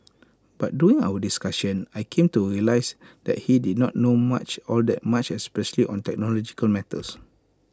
but during our discussion I came to realise that he did not know much all that much especially on technological matters